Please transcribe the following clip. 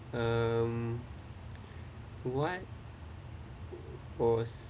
um what was